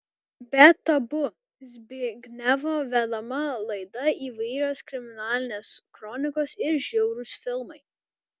be tabu zbignevo vedama laida įvairios kriminalinės kronikos ir žiaurūs filmai